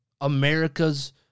America's